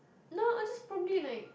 no I just probably like